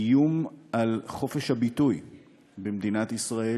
איום על חופש הביטוי במדינת ישראל,